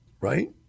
right